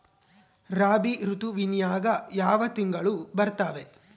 ರಾಬಿ ಋತುವಿನ್ಯಾಗ ಯಾವ ತಿಂಗಳು ಬರ್ತಾವೆ?